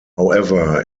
however